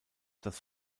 das